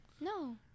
No